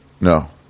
No